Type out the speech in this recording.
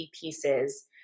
pieces